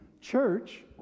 church